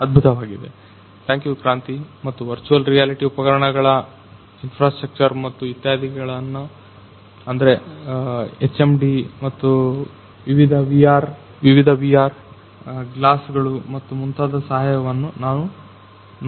ಅದ್ಬುತವಾಗಿದೆ thank you ಕ್ರಾಂತಿ ಮತ್ತು virtual reality ಉಪಕರಣಗಳು ಇನ್ಫಾಸ್ಟ್ರಕ್ಚರ ಮತ್ತು ಇತ್ಯಾದಿಗಳನ್ನ ಅಂದ್ರೆ ಎಚ್ಎಮ್ಡಿ ವಿವಿಧ ವಿಆರ್ ಗ್ಲಾಸ್ಗಳು ಮತ್ತು ಮುಂತಾದವುಗಳ ಸಹಾಯವನ್ನ ನಾವು ನೋಡಿದ್ದೇವೆ